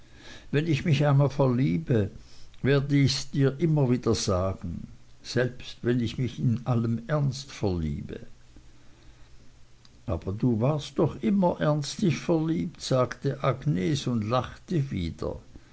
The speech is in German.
wenn ich mich einmal verliebe werde ichs dir immer wieder sagen selbst wenn ich mich in allem ernste verliebe aber du warst doch immer ernstlich verliebt sagte agnes und lachte wieder